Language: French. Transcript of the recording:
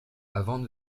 avant